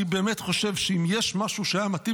אני באמת חושב שאם יש משהו שהיה מתאים